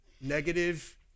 negative